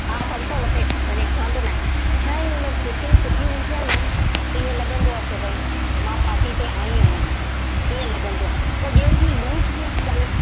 हा पंज सौ वठेसि वञेसि वांदो न आहे छा आहे हुन फिटिंग सुठी हूंदी आहे न ईअं लॻंदो आहे की ॿई मां पार्टी ते आई आहियां ईअं लॻंदो आहे त ॿियनि जी लूज़